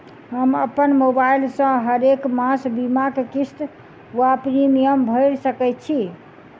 हम अप्पन मोबाइल सँ हरेक मास बीमाक किस्त वा प्रिमियम भैर सकैत छी?